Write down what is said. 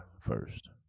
first